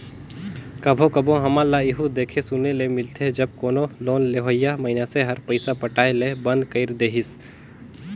कभों कभों हमन ल एहु देखे सुने ले मिलथे जब कोनो लोन लेहोइया मइनसे हर पइसा पटाए ले बंद कइर देहिस